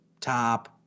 top